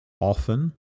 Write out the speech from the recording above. often